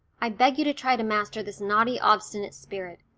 i beg you to try to master this naughty obstinate spirit.